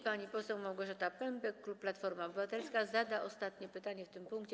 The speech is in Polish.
Pani poseł Małgorzata Pępek, klub Platforma Obywatelska, zada ostatnie pytanie w tym punkcie.